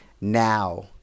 now